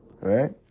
right